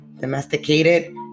domesticated